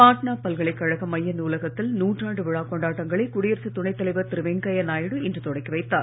பாட்னா பல்கலை கழக மைய நூலகத்தில் நூற்றாண்டு விழா கொண்டாட்டங்களை குடியரசுத் துணைத் தலைவர் திரு வெங்கைய நாயுடு இன்று தொடக்கி வைத்தார்